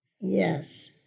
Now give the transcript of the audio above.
Yes